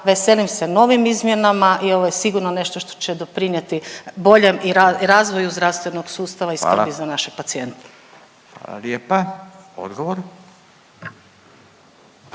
veselim se novim izmjenama i ovo je sigurno nešto što će doprinijeti boljem razvoju zdravstvenog sustava …/Upadica Radin: Hvala./…